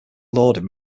lauded